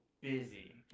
busy